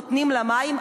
נותנים לה מים,